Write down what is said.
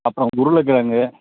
அப்புறம் உருளைக் கிழங்கு